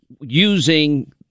using